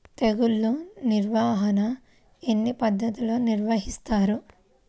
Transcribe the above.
తెగులు నిర్వాహణ ఎన్ని పద్ధతులలో నిర్వహిస్తారు?